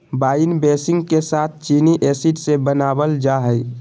wine बेसींग के साथ चीनी एसिड से बनाबल जा हइ